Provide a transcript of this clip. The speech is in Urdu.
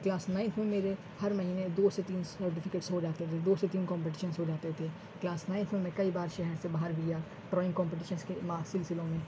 کلاس نائنتھ میں میرے ہر مہینے دو سے تین سرٹیفکیٹس ہو جاتے تھے دو سے تین کامپٹیشنس ہو جاتے تھے کلاس نائنتھ میں کئی بار شہر سے باہر بھی گیا ڈرائنگ کمپٹیشنس کے ماہ سلسلوں میں